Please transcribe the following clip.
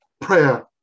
Prayer